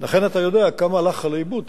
לכן אתה יודע כמה הלך לאיבוד.